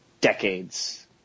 decades